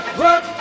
work